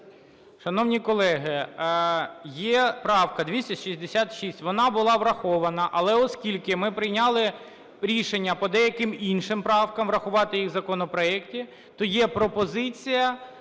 Шановні колеги, є правка 266, вона була врахована, але, оскільки ми прийняли рішення по деяким іншим правкам врахувати їх в законопроекті, то є пропозиція